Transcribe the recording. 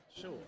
Sure